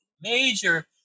Major